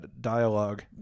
dialogue